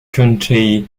county